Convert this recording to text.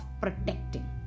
protecting